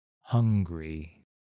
hungry